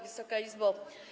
Wysoka Izbo!